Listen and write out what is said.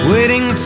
Waiting